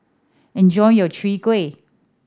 enjoy your Chwee Kueh